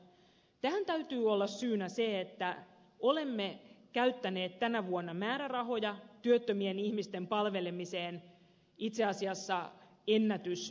tähän täytyy olla syynä se että olemme käyttäneet tänä vuonna määrärahoja työttömien ihmisten palvelemiseen itse asiassa ennätysmäärän